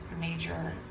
major